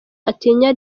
atinya